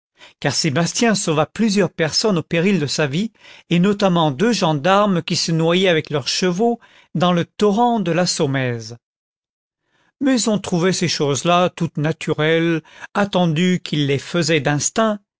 car sébastien sauva plusieurs personnes au péril de sa vie et notamment deux gendarmes qui se noyaient avec leurs chevaux dans le torrent de la saumaise mais on trouvait ces choses-là toutes naturelles attendu qu'il les faisait d'instinct